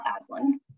Aslan